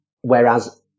Whereas